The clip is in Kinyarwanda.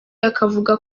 akavuga